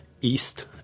east